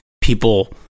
people